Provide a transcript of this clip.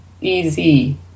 easy